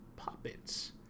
puppets